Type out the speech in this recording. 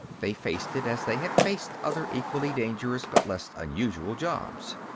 they faced it as they had faced other equally dangerous, but less unusual, jobs.